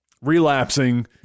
relapsing